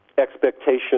expectation